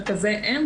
מרכזי-אם,